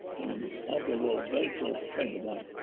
so of them were very close friends of mine.